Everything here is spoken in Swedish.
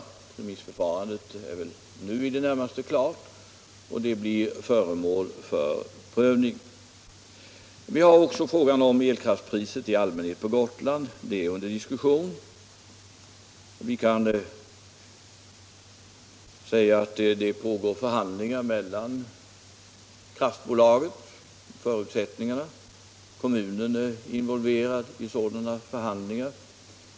Remissförfarandet är väl nu i det närmaste klart, och synpunkterna blir föremål för prövning. Men vi har också frågan om elkraftpriset i allmänhet på Gotland. Det är under diskussion. Vi kan säga att det pågår förhandlingar med kraftbolaget om förutsättningarna, kommunen är involverad i sådana förhandlingar.